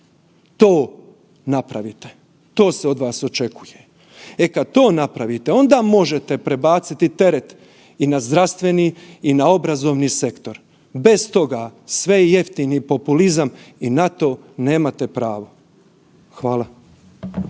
To napravite, to se od vas očekuje. E kada to napravite onda možete prebaciti teret i na zdravstveni i na obrazovni sektor, bez toga sve je jeftini populizam i na to nemate pravo. Hvala.